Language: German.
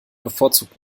bevorzugt